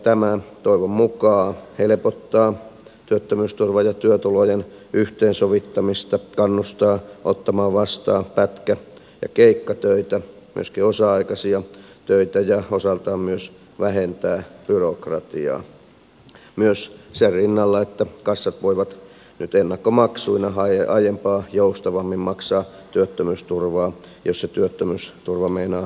tämä toivon mukaan helpottaa työttömyysturva ja työtulojen yhteensovittamista kannustaa ottamaan vastaan pätkä ja keikkatöitä myöskin osa aikaisia töitä ja osaltaan vähentää byrokratiaa myös sen rinnalla että kassat voivat nyt aiempaa joustavammin maksaa työttömyysturvaa ennakkomaksuina jos se työttömyysturva meinaa kohtuuttomasti viivästyä